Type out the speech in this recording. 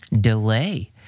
delay